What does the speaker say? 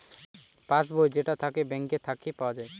pass বই যেইটা থাকে ব্যাঙ্ক থাকে পাওয়া